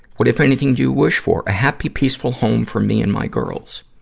what, if anything, do you wish for? a happy, peaceful home for me and my girls.